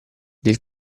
del